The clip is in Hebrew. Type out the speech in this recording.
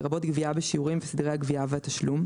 לרבות גבייה בשיעורים וסדרי הגבייה והתשלום,